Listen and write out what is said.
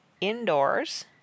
indoors